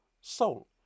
soul